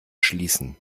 schließen